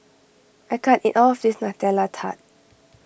I can't eat all of this Nutella Tart